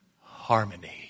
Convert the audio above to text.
harmony